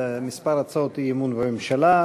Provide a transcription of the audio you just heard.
כמה הצעות אי-אמון בממשלה,